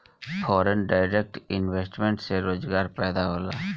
foreign direct investment से रोजगार पैदा होला